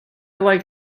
like